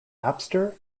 napster